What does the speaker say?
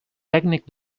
tècnic